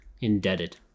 indebted